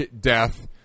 death